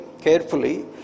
carefully